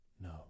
No